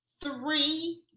three